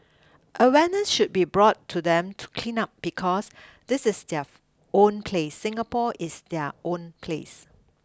awareness should be brought to them to clean up because this is their own place Singapore is their own place